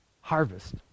harvest